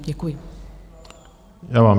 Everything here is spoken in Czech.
Děkuji vám.